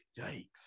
yikes